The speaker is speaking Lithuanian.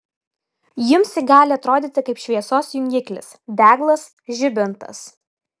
jums ji gali atrodyti kaip šviesos jungiklis deglas žibintas